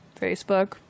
Facebook